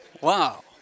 Wow